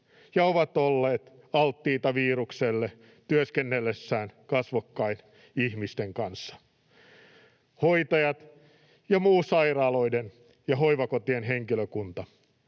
ja ovat olleet alttiita virukselle työskennellessään kasvokkain ihmisten kanssa: hoitajat ja muu sairaaloiden ja hoivakotien henkilökunta,